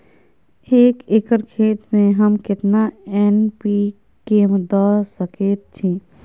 एक एकर खेत में हम केतना एन.पी.के द सकेत छी?